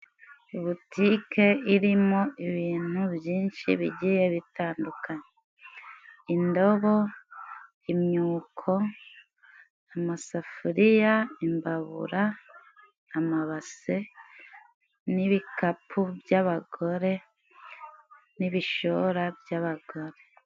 Butike irimo ibintu byinshi bigiye bitandukanye:"Indobo, imyuko, amasafuriya, imbabura, amabase n'ibikapu by'abagore n'ibishora by'abagore.